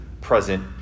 present